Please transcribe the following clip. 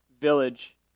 village